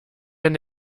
wenn